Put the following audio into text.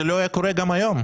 זה לא היה קורה גם היום.